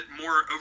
more